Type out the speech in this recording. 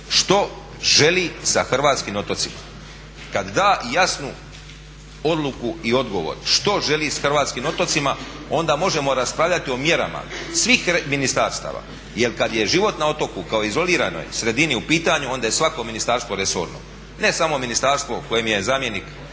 što želi sa hrvatskim otocima. Kad da jasnu odluku i odgovor što želi s hrvatskim otocima onda možemo raspravljati o mjerama svih ministarstava, jer kad je život na otoku kao izoliranoj sredini u pitanju onda je svako ministarstvo resorno. Ne samo ministarstvo kojem je zamjenik